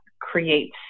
creates